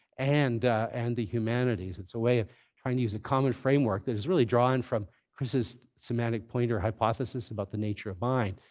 and and the humanities. it's a way of trying to use a common framework that is really drawn from chris' semantic point or hypothesis about the nature of mind.